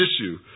issue